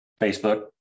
Facebook